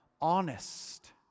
honest